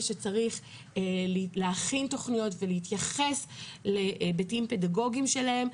שצריך להכין תכניות ולהתייחס להיבטים פדגוגיים שלהם.